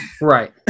Right